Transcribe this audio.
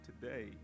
today